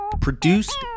Produced